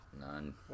None